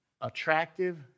attractive